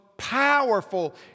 powerful